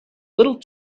little